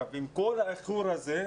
עם כל האיחור הזה,